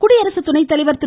குடியரசு துணை தலைவர் திரு